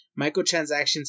microtransactions